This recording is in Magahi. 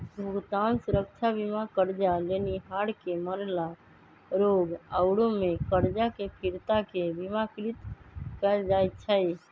भुगतान सुरक्षा बीमा करजा लेनिहार के मरला, रोग आउरो में करजा के फिरता के बिमाकृत कयल जाइ छइ